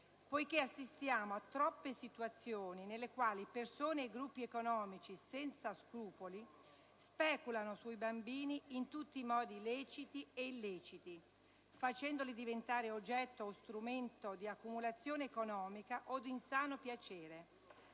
poiché assistiamo a troppe situazioni nelle quali persone e gruppi economici senza scrupoli speculano sui bambini in tutti i modi leciti e illeciti, facendoli diventare oggetto o strumento di accumulazione economica o di insano piacere.